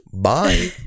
Bye